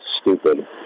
stupid